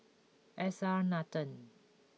S R Nathan